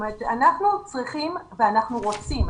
אנחנו צריכים ואנחנו רוצים,